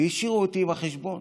והשאירו אותי עם החשבון